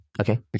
Okay